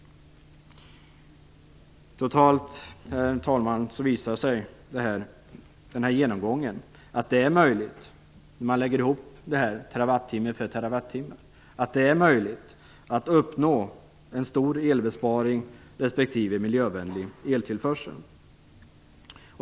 Herr talman! Den här genomgången visar totalt sett, när man lägger ihop det här terrawattimme för terrawattimme, att det är möjligt att uppnå en stor elbesparing och en miljövänlig eltillförsel.